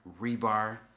rebar